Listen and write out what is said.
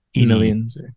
millions